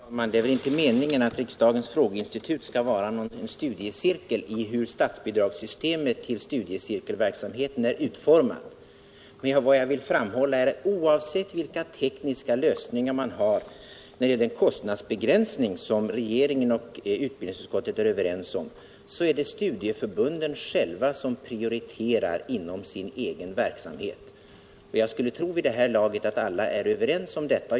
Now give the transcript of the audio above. Herr talman! Det är väl inte meningen att riksdagens frågeinstitut skall vara en studiecirkel i hur statsbidragssystemet till studieirkelverksamheten är utformat. Vad jag vill framhålla är att oavsett vilka tekniska lösningar man 163 Om handikappades möjligheter till cirkelstudier har när det gäller den kostnadsbegränsning som regeringen och utbildningsutskottet är överens om, är det studieförbunden själva som prioriterar inom sin egen verksamhet. Jag skulle tro att alla vid det här laget är överens om detta.